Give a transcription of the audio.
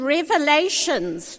Revelations